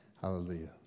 Hallelujah